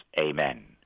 Amen